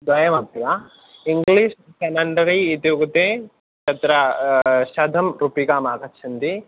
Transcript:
द्वयमपि वा English commentary इत्युक्ते तत्र शतं रूप्यकामागच्छन्ति